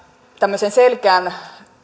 tämmöisen selkeän